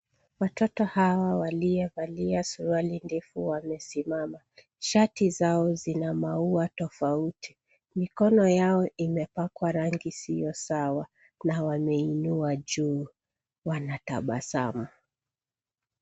Watoto hawa waliye valia suruali ndefu wamesimama. Shati zao zina maua tofauti. Mikono yao imepakwa rangi isoyo sawa na wameinua juu wanatabasamu.